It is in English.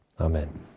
Amen